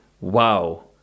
Wow